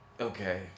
okay